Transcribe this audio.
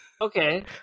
Okay